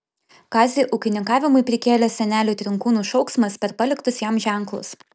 kazį ūkininkavimui prikėlė senelių trinkūnų šauksmas per paliktus jam ženklus